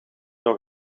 nog